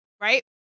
right